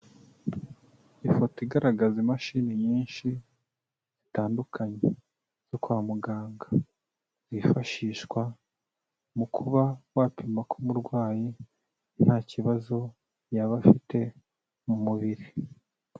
Ifoto igaragaza imashini nyinshi zitandukanye zo kwa muganga, zifashishwa mu kuba wapima ko umurwayi nta kibazo yaba afite mu mubiri.